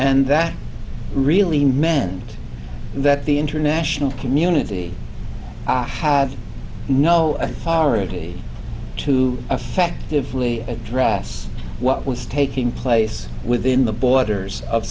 and that really meant that the international community have no authority to effectively address what was taking place within the borders of